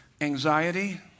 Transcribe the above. anxiety